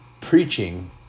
preaching